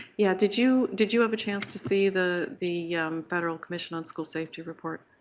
yeah did you did you have a chance to see the the federal commission on school safety report?